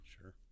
Sure